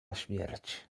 śmierć